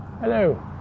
Hello